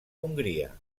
hongria